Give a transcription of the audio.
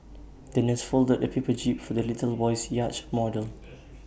the nurse folded A paper jib for the little boy's yacht model